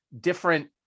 different